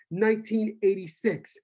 1986